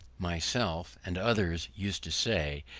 myself, and others, used to say,